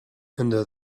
under